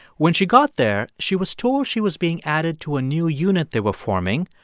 when she got there, she was told she was being added to a new unit they were forming.